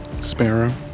Sparrow